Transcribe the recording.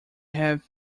have